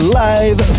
live